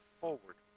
forward